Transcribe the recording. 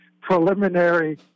preliminary